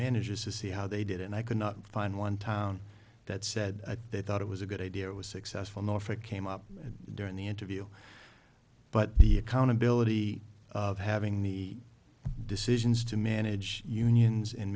managers to see how they did and i could not find one town that said they thought it was a good idea it was successful no if it came up during the interview but the accountability of having the decisions to manage unions and